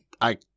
I-